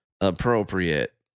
appropriate